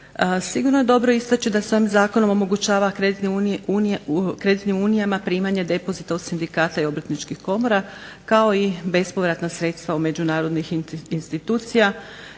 Sigurno je dobro istaći da se ovim zakonom omogućava kreditnim unijama primanje depozita od sindikata i obrtničkih komora kao i bespovratna sredstva od međunarodnih institucija